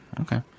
Okay